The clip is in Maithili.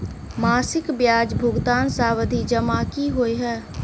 मासिक ब्याज भुगतान सावधि जमा की होइ है?